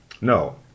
no